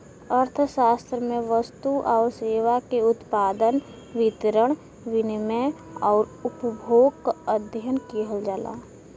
अर्थशास्त्र में वस्तु आउर सेवा के उत्पादन, वितरण, विनिमय आउर उपभोग क अध्ययन किहल जाला